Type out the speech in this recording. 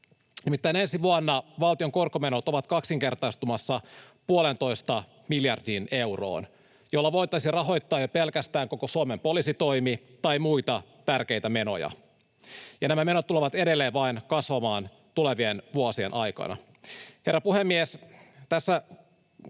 Nimittäin ensi vuonna valtion korkomenot ovat kaksinkertaistumassa puoleentoista miljardiin euroon, jolla voitaisiin rahoittaa jo pelkästään koko Suomen poliisitoimi tai muita tärkeitä menoja, ja nämä menot tulevat edelleen vain kasvamaan tulevien vuosien aikana. Herra puhemies! Tässä